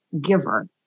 giver